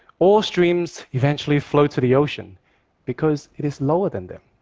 all streams eventually flow to the ocean because it is lower than them.